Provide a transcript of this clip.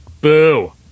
Boo